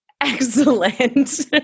Excellent